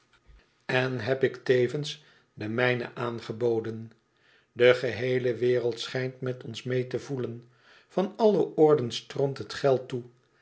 en heb ik tevens de mijne aangeboden de geheele wereld schijnt met ons meê te voelen van alle oorden stroomt het geld toe